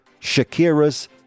Shakira's